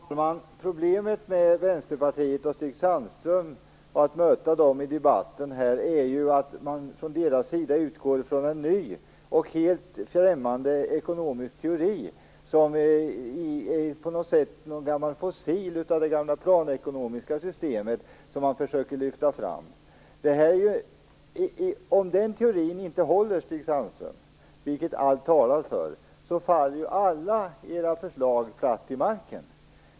Fru talman! Problemet med att möta Vänsterpartiet och Stig Sandström i debatten är att man från deras sida utgår från och försöker lyfta fram en ny och helt främmande ekonomisk teori, som på något sätt är en fossil av det gamla planekonomiska systemet. Om den teorin inte håller, Stig Sandström, vilket allt talar för, faller ju alla era förslag platt till marken.